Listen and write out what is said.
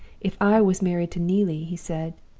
if i was married to neelie he said,